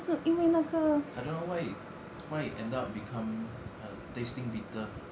I dunno why it why it ended up become err tasting bitter